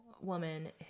woman